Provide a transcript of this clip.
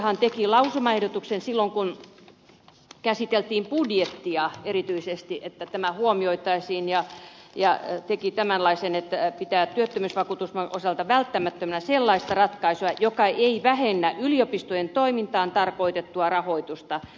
sivistysvaliokuntahan teki lausumaehdotuksen silloin kun käsiteltiin budjettia että tämä huomioitaisiin ja teki tämänlaisen että pitää työttömyysvakuutusmaksun osalta välttämättömänä sellaista ratkaisua joka ei vähennä yliopistojen toimintaan tarkoitettua rahoitusta